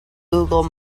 google